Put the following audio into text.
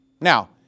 Now